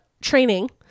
training